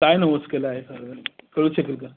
काय नवस केला आहे साधारण कळू शकेल का